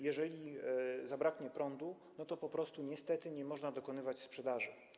Jeżeli zabraknie prądu, to po prostu nie będzie można dokonywać sprzedaży.